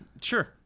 Sure